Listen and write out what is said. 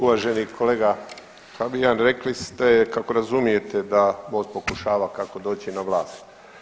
Uvaženi kolega Habijan rekli ste kako razumijete da Most pokušava kako doći na vlast.